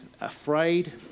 afraid